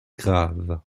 graves